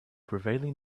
prevailing